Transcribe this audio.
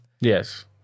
Yes